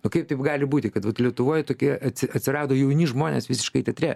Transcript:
nu kaip taip gali būti kad vat lietuvoj tokie atsirado jauni žmonės visiškai teatre